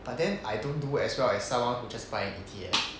but then I don't do as well as someone who just buy E_T_F